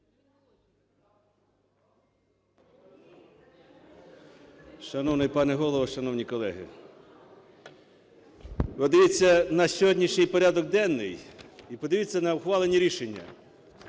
Шановний пане Голово, шановні колеги! Подивіться на сьогоднішній порядок денний і подивіться на ухвалені рішення.